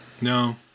No